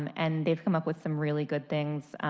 um and they have come up with some really good things.